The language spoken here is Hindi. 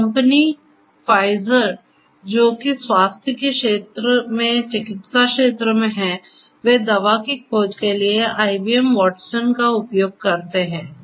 तो कंपनी फाइजर जो कि स्वास्थ्य के क्षेत्र में चिकित्सा क्षेत्र में है वे दवा की खोज के लिए आईबीएम वाटसन का उपयोग करते हैं